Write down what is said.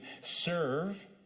serve